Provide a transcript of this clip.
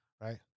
right